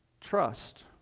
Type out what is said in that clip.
trust